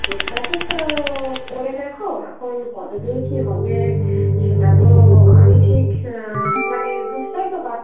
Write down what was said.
চেষ্টা তো ও করে দেখো এখন কতদূর কী হবে সেটা তো আমি ঠিক মানে বুঝতেই তো পারছো